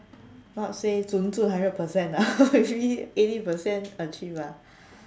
not say zhun zhun hundred percent lah actually eighty percent achieve lah